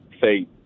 say